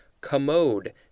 commode